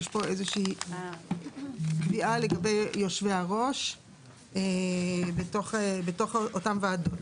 יש פה איזושהי קביעה לגבי יושבי הראש בתוך אותן ועדות.